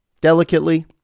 delicately